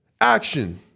Action